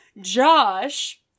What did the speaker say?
Josh